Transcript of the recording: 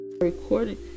recording